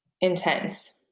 intense